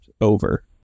over